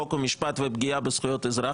חוק ומשפט ופגיעה בזכויות אזרח.